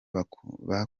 bakuze